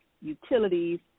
utilities